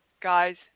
guys